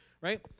right